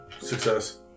success